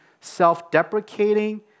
self-deprecating